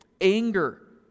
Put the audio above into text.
anger